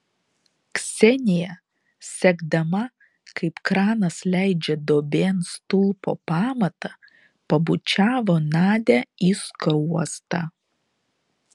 ksenija sekdama kaip kranas leidžia duobėn stulpo pamatą pabučiavo nadią į skruostą